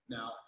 Now